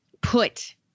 put